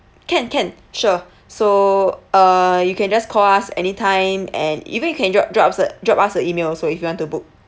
can can sure so uh you can just call us anytime and even you can drop drop us drop us an email also if you want to book